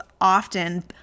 often